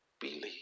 believe